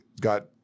got